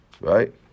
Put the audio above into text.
right